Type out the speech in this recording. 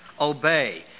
obey